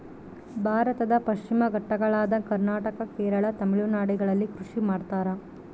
ಭಾರತದ ಪಶ್ಚಿಮ ಘಟ್ಟಗಳಾದ ಕರ್ನಾಟಕ, ಕೇರಳ, ತಮಿಳುನಾಡುಗಳಲ್ಲಿ ಕೃಷಿ ಮಾಡ್ತಾರ?